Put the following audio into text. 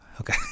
Okay